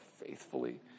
faithfully